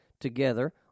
together